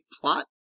plot